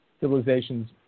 civilizations